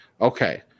okay